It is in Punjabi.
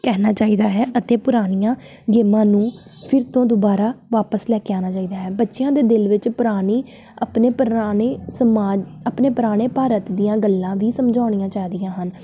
ਕਹਿਣਾ ਚਾਹੀਦਾ ਹੈ ਅਤੇ ਪੁਰਾਣੀਆਂ ਗੇਮਾਂ ਨੂੰ ਫਿਰ ਤੋਂ ਦੁਬਾਰਾ ਵਾਪਸ ਲੈ ਕੇ ਆਉਣਾ ਚਾਹੀਦਾ ਹੈ ਬੱਚਿਆਂ ਦੇ ਦਿਲ ਵਿੱਚ ਪੁਰਾਣੀ ਆਪਣੇ ਪੁਰਾਣੇ ਸਮਾਜ ਆਪਣੇ ਪੁਰਾਣੇ ਭਾਰਤ ਦੀਆਂ ਗੱਲਾਂ ਵੀ ਸਮਝਾਉਣੀਆਂ ਚਾਹੀਦੀਆਂ ਹਨ